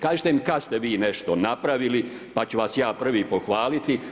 Kažite mi kad ste vi nešto napravili pa ću vas ja prvi pohvaliti.